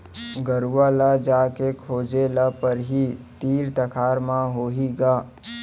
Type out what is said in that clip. गरूवा ल जाके खोजे ल परही, तीर तखार म होही ग